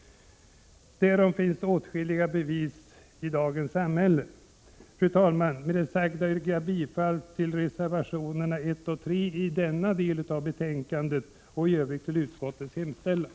Därom finns åtskilliga bevis i dagens samhälle. Fru talman! Med det sagda yrkar jag bifall till reservationerna 1 och 3 i denna del av betänkandet och i övrigt till utskottets hemställan.